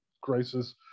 crisis